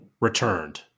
returned